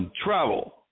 travel